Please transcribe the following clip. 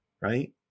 right